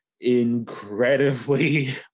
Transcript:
incredibly